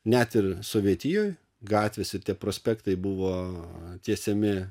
net ir sovietijoj gatvės ir tie prospektai buvo tiesiami